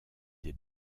des